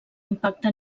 impacte